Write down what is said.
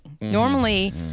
Normally